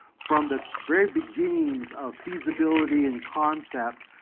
from the very beginnings of feasibility and concept,